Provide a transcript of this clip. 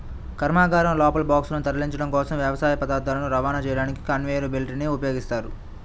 కర్మాగారం లోపల బాక్సులను తరలించడం కోసం, వ్యవసాయ పదార్థాలను రవాణా చేయడానికి కన్వేయర్ బెల్ట్ ని ఉపయోగిస్తారు